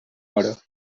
hora